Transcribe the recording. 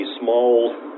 small